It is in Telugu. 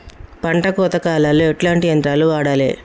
పంట కోత కాలాల్లో ఎట్లాంటి యంత్రాలు వాడాలే?